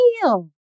feel